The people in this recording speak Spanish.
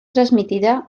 transmitida